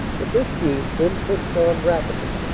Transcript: the fifteenth. then pushed on rapidly,